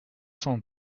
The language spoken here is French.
cent